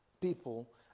people